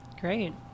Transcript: Great